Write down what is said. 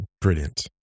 brilliant